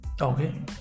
Okay